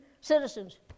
citizens